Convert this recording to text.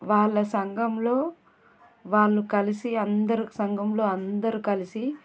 వాళ్ళ సంఘంలో వాళ్ళు కలిసి అందరూ సంఘంలో అందరూ కలిసి